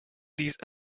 these